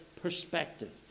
perspective